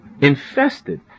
Infested